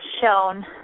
shown